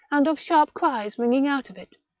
and of sharp cries ringing out of it,